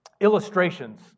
illustrations